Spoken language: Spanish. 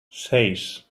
seis